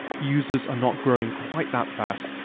users are not growing quite that fast,